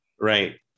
right